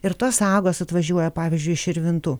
ir tos sagos atvažiuoja pavyzdžiui iš širvintų